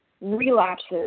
relapses